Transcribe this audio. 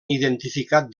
identificat